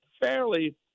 fairly